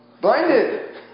Blinded